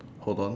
hold on